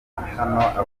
hano